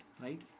right